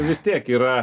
vis tiek yra